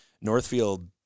Northfield